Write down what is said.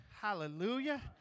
Hallelujah